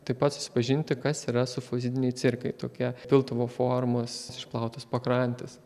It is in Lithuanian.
taip pat susipažinti kas yra sufozidiniai cirkai tokie piltuvo formos išplautos pakrantės